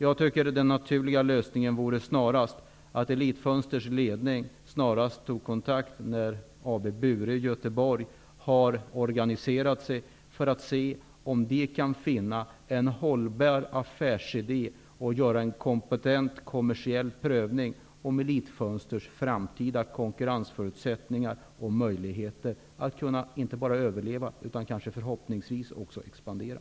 Jag tycker att den naturliga lösningen vore att Elit Fönsters ledning tar kontakt så snart AB Bure i Göteborg organiserat sig för att se om det går att finna en hållbar affärsidé och att göra en kompetent kommersiell prövning av Elit-Fönsters framtida konkurrensförutsättningar och möjligheter att inte bara överleva utan också, förhoppningsvis, att expandera.